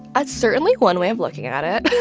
that's certainly one way of looking at it